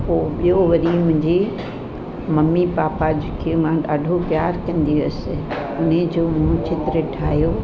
पोइ ॿियो वरी मुंहिंजी मम्मी पापा जेके मां ॾाढो प्यार कंदी हुअसि हुनजो मूं चित्र ठाहियो